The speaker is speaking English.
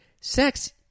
sex